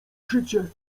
szycie